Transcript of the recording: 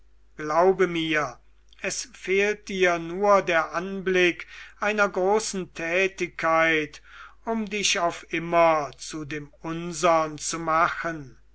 glaube mir es fehlt dir nur der anblick einer großen tätigkeit um dich auf immer zu dem unsern zu machen